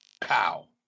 pow